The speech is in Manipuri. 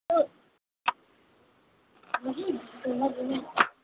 ꯑꯗꯨ